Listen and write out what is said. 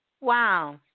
Wow